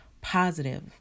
positive